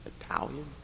Italian